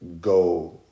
go